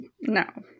no